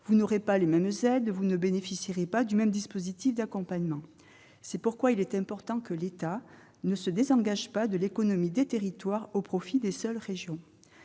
vous n'aurez pas les mêmes aides et vous ne bénéficierez pas du même dispositif d'accompagnement. C'est pourquoi il est important que l'État ne se désengage pas de l'économie des territoires au profit des seules régions.